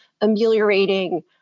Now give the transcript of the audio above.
ameliorating